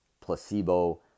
placebo